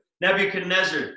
Nebuchadnezzar